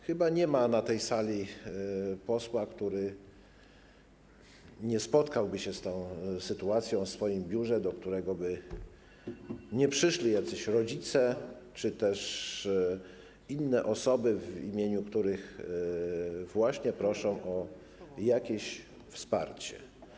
Chyba nie ma na tej sali posła, który nie spotkałby się z taką sytuacją w swoim biurze, do którego by nie przyszli jacyś rodzice czy też inne osoby, ludzie, którzy właśnie proszą o jakieś wsparcie.